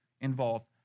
involved